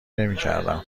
نمیکردم